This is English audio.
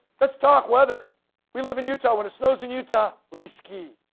let's talk whether we live in utah when it snows in utah, we ski.